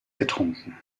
getrunken